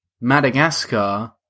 Madagascar